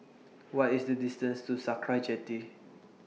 What IS The distance to Sakra Jetty